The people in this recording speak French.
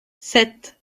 sept